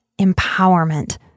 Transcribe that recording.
empowerment